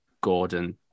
Gordon